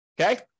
Okay